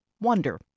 wonder